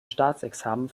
staatsexamen